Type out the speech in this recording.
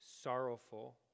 sorrowful